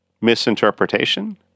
misinterpretation